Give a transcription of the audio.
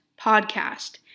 Podcast